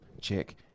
check